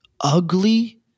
ugly